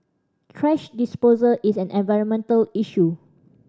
thrash disposal is an environmental issue